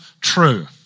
true